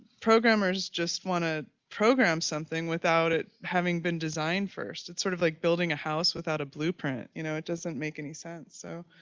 programmers just want to program something without it having been designed first. it's sort of like building a house without blueprint, you know, it doesn't make any sense. so,